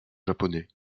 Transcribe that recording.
japonais